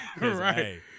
Right